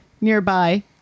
nearby